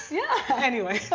yeah anyway, so